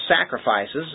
sacrifices